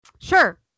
Sure